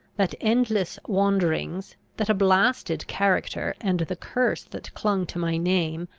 that endless wanderings, that a blasted character and the curses that clung to my name,